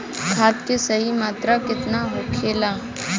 खाद्य के सही मात्रा केतना होखेला?